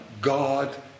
God